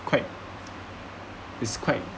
quite it's quite